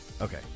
okay